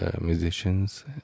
musicians